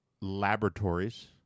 laboratories